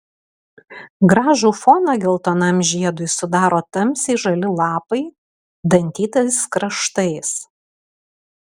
gražų foną geltonam žiedui sudaro tamsiai žali lapai dantytais kraštais